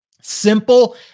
Simple